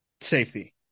Safety